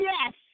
Yes